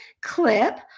clip